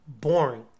boring